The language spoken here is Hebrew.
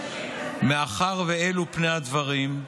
מאחר שאלו פני הדברים,